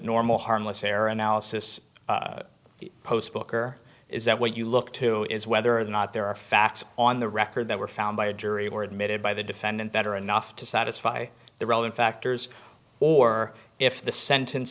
normal harmless error analysis post booker is that what you look to is whether or not there are facts on the record that were found by a jury or admitted by the defendant better enough to satisfy the relevant factors or if the sentence